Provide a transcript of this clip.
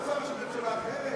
אתה שר של ממשלה אחרת?